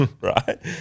right